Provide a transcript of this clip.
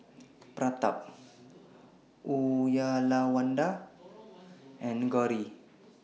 Pratap Uyyalawada and Gauri